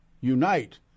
unite